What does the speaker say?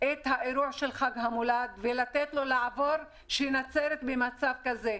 את האירוע של חג המולד ולתת לו לעבור כשנצרת במצב כזה.